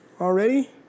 already